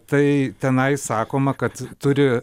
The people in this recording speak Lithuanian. tai tenai sakoma kad turi